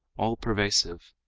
all-pervasive.